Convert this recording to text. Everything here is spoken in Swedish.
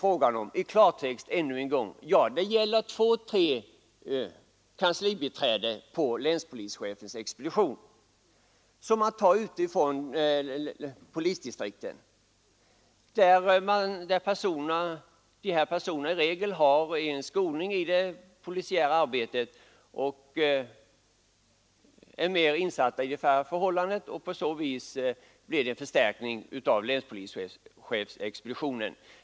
Jo, det gäller — i klartext ännu en gång — två tre kanslibiträden på länspolischefens expedition som skulle tas utifrån polisdistrikten, där dessa personer i regel har fått skolning i det polisiära arbetet, så att de är mer insatta i förhållandena. På det sätt blir det en förstärkning av länspolischefens expedition.